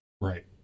Right